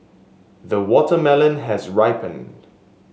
the watermelon has ripened